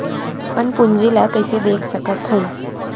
अपन पूंजी ला कइसे देख सकत हन?